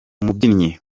umubyinnyi